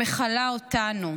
מכלה אותנו.